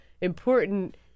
important